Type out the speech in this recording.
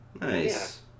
nice